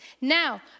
Now